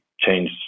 change